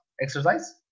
exercise